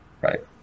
Right